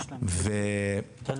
עכשיו יש מתווה, בוא נקדם את העניין הזה.